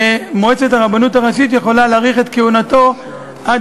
ומועצת הרבנות הראשית יכולה להאריך את כהונתו עד